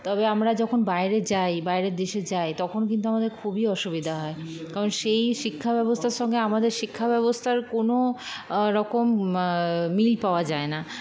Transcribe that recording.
তবে আমরা যখন বাইরে যাই বাইরের দেশে যাই তখন কিন্তু আমাদের খুবই অসুবিধা হয় কারণ সেই শিক্ষাব্যবস্থার সঙ্গে আমাদের শিক্ষাব্যবস্থার কোনোও রকম মিল পাওয়া যায় না